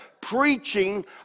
preaching